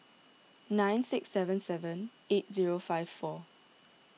nine six seven seven eight zero five four